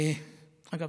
אגב,